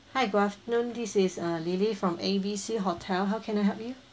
hi good afternoon this is uh lily from A B C hotel how can I help you